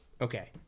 Okay